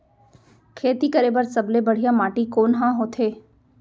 खेती करे बर सबले बढ़िया माटी कोन हा होथे?